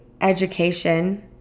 education